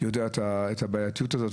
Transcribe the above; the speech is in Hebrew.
מכיר את הבעייתיות הזאת.